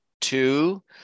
two